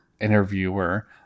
interviewer